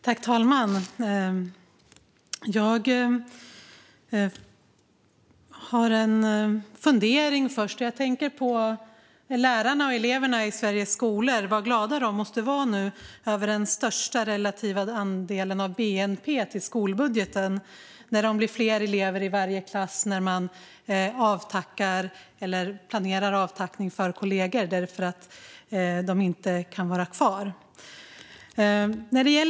Fru talman! Jag har en fundering. Vad glada lärarna och eleverna i Sveriges skolor måste vara över att skolbudgetens andel av bnp nu är störst, relativt sett! Men ändå blir det fler elever i varje klass, och man planerar avtackning av lärarkollegor som inte kan vara kvar.